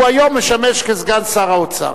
הוא היום משמש כסגן שר האוצר.